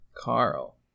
Carl